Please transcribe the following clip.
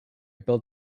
built